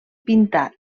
pintà